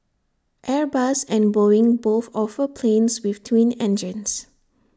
airbus and boeing both offer planes with twin engines